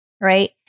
right